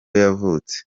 yavutse